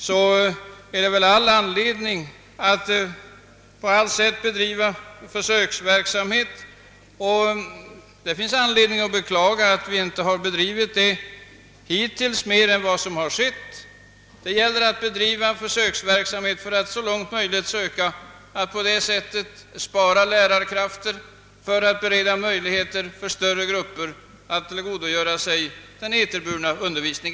Men det är väl ändå anledning att på allt sätt bedriva försöksverksamhet. Det finns också all anledning att beklaga att vi hittills inte gjort det i större utsträckning än vad som skett, eftersom man genom TV undervisning kan räkna med att spara lärarkrafter och bereda möjligheter för allt större grupper att tillgodogöra sig undervisning.